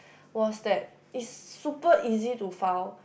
was that is super easy to foul